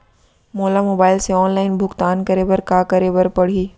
मोला मोबाइल से ऑनलाइन भुगतान करे बर का करे बर पड़ही?